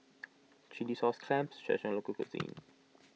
Chilli Sauce Clams is a Traditional Local Cuisine